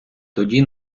тоді